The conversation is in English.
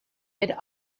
mid